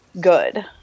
good